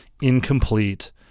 incomplete